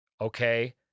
okay